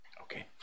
Okay